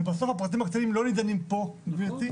ובסוף הפרטים הקטנים לא נידונים פה גברתי,